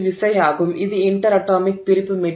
இது விசை ஆகும் இது இன்டெர் அட்டாமிக் பிரிப்பு